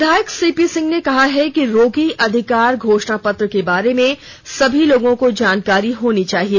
विधायक सीपी सिंह ने कहा है कि रोगी अधिकार घोषणा पत्र के बारे में सभी लोगों को जानकारी होनी चाहिए